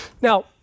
Now